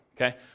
okay